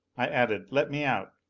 i added, let me out.